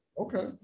Okay